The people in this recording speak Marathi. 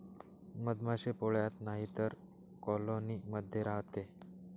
मधमाशी पोळ्यात नाहीतर कॉलोनी मध्ये राहते